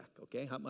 okay